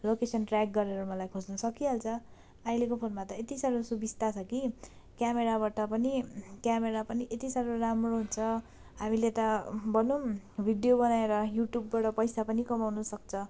location track गरेर मलाई खोज्नु सकिहाल्छ अहिलेको फोनमा त यति साह्रो सुबिस्ता छ कि क्यामराबाट पनि क्यामरा पनि यति साह्रो राम्रो हुन्छ हामीले त भनौँ भिडियो बनाएर युट्युबबाट पैसा पनि कमाउनु सक्छ